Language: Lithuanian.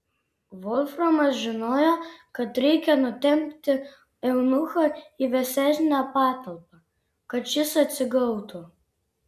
volframas žinojo kad reikia nutempti eunuchą į vėsesnę patalpą kad šis atsigautų